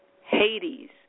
Hades